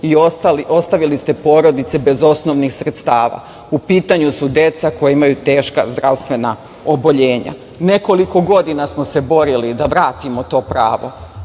i ostavili ste porodice bez osnovnih sredstava. U pitanju su deca koja imaju teška zdravstvena oboljenja. Nekoliko godina smo se borili da vratimo to pravo.